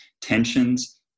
tensions